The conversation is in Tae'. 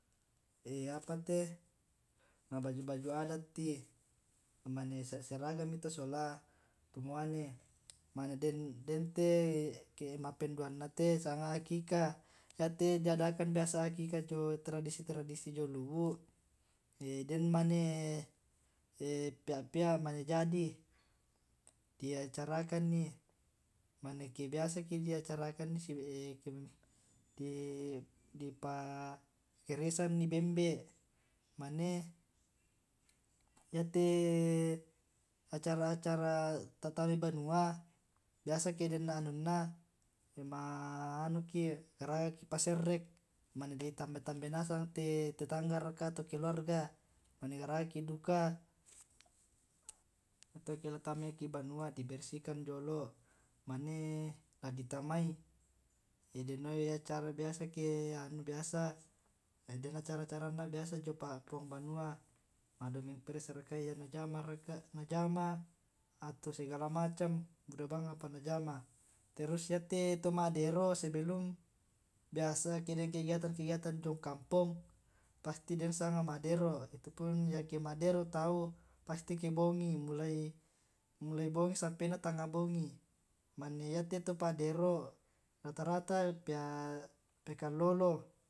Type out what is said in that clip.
Eh apa te ma baju baju adat ii mane seragam mito sola tomane mane den dente ma'penduanna te disanga hakika yate di adakan biasa hakikah jio tradisi tradisi, jio luwu' den mane pea' pea' mane jadi. Diacarakanni mani ke biasa ki acarakan di pa geresanni bembe mane yate acara acara ta tamai banua biasa ake den anunna ma anu garagaki paserre' di tambah tambai nasang tetangga atau keluarga, mane garaga ki duka. yato ke latamaiki banua di bersihkan jolo mane la di tamai den oi acara biasa kee anu biasa den acara acaranna jio pa puang banua ma' domeng press raka iyya najama ato segala macam buda bang apa najama terus yate tau ma' dero sebelum biasa eke den kegiatan kegiatan jiong kampong pasti den disanga ma' dero itu pun eke ma' dero tau pasti ke bongi mulai mulai bongi sampainna tangnga bongi mane yate to pa' dero' rata rata pea kalolo